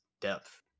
depth